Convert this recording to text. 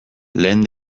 lehen